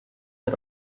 are